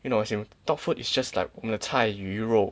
you know as in dog food is just like 我们的菜鱼肉